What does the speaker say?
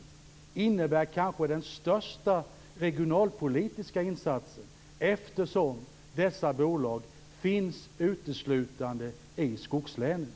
Det innebär kanske den största regionalpolitiska insatsen eftersom bolagen uteslutande finns i skogslänen.